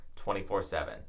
24-7